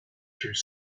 through